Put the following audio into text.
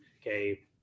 okay